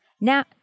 Now